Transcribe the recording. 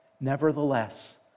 Nevertheless